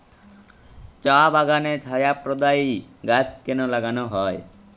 চা বাগানে ছায়া প্রদায়ী গাছ কেন লাগানো হয়?